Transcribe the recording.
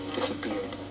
disappeared